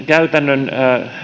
käytännön